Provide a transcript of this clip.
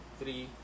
three